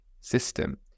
system